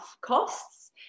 costs